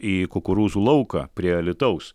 į kukurūzų lauką prie alytaus